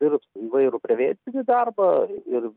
dirbs įvairų prevencinį darbą ir